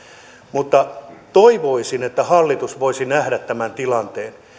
mutta toivoisin että hallitus voisi nähdä tämän tilanteen